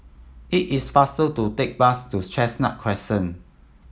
it is faster to take bus to Chestnut Crescent